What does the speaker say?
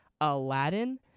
Aladdin